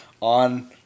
on